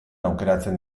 aukeratzen